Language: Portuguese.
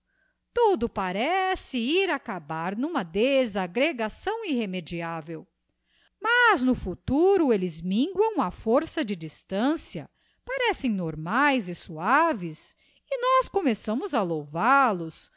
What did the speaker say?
an parece ir acabar n'uma desaggregação irremediável mas no futuro elles minguam á força de distancia parecem normaes e suaves e nós começamos a louval os como